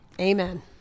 Amen